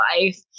life